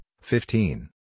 fifteen